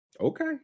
Okay